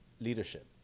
leadership